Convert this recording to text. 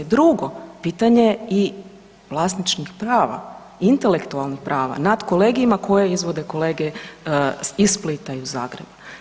Drugo, pitanje i vlasničkih prava i intelektualnih prava nad kolegijima koje izvode kolege iz Splita i u Zagrebu.